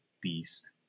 beast